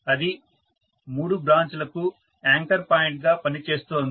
అది మూడు బ్రాంచ్ లకు యాంకర్ పాయింట్గా పనిచేస్తోంది